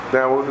Now